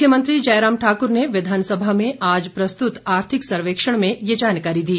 मुख्यमंत्री जयराम ठाकुर ने विधानसभा में आज प्रस्तुत आर्थिक सर्वेक्षण में ये जानकारी दी